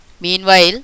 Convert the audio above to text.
Meanwhile